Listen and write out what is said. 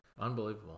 Unbelievable